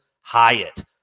Hyatt